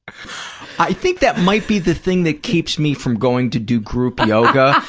i think that might be the thing that keeps me from going to do group yoga,